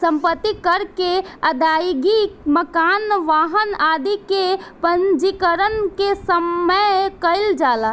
सम्पत्ति कर के अदायगी मकान, वाहन आदि के पंजीकरण के समय कईल जाला